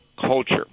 culture